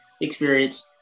experience